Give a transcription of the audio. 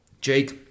Jake